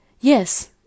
Yes